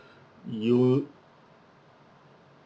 you